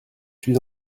suis